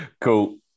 Cool